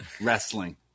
wrestling